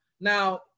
now